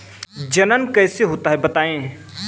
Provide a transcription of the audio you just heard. जनन कैसे होता है बताएँ?